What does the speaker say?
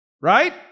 Right